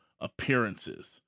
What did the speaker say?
appearances